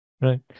right